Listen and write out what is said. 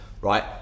Right